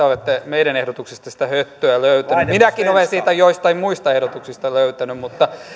olette meidän ehdotuksestamme sitä höttöä löytäneet minäkin olen sitä joistain muista ehdotuksista löytänyt